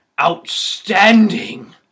outstanding